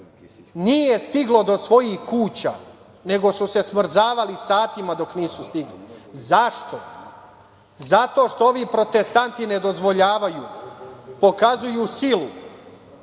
nije stiglo do svojih kuća, nego su se smrzavali satima dok nisu stigli. Zašto? Zato što ovi protestanti ne dozvoljavaju, pokazuju silu.